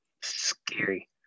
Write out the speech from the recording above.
scary